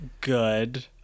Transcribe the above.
good